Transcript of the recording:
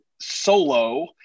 solo